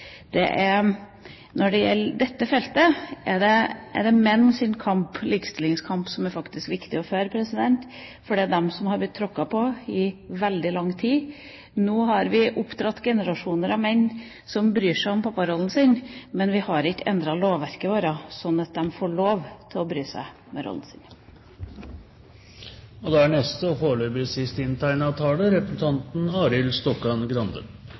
behandlet likt. Når det gjelder dette feltet, er det menns likestillingskamp som det faktisk er viktig å føre, for det er de som har blitt tråkket på i veldig lang tid. Nå har vi oppdradd generasjoner av menn som bryr seg om papparollen sin, men vi har ikke endret lovverket vårt slik at de får lov å bry seg med rollen sin. Det var synd at forrige taler gikk ut av salen, for jeg hadde tenkt å gi ros til det innlegget som nettopp ble holdt. Det er